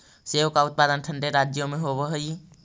सेब का उत्पादन ठंडे राज्यों में होव हई